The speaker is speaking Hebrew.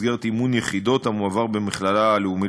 במסגרת אימון יחידות המועבר במכללה הלאומית